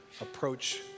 approach